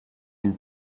une